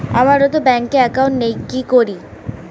আমারতো ব্যাংকে একাউন্ট নেই কি করি?